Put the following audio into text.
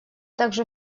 также